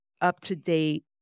up-to-date